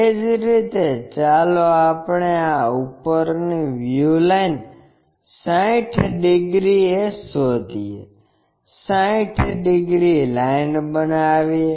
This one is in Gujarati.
એ જ રીતે ચાલો આપણે આ ઉપરની વ્યૂ લાઇન 60 ડિગ્રી એ શોધીએ 60 ડિગ્રી લાઈન બનાવીએ